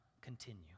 continue